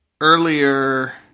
Earlier